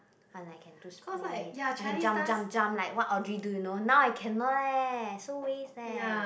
I like can do split I can jump jump jump like what Audrey do you know now I cannot eh so waste eh